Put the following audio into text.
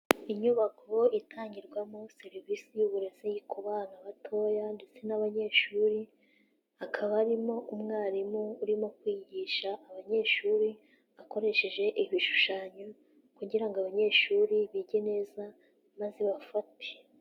Inyubako itangirwamo serivisi y' uburezi ku bana batoya ndetse n' abanyeshuri, hakaba harimo umwarimu urimo kwigisha abanyeshuri akoresheje ibishushanyo, kugira ngo abanyeshuri bige neza maze bafate.